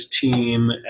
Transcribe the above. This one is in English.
team